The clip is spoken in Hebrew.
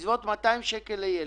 יוצא עוד 200 שקל לילד.